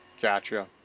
Gotcha